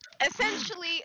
essentially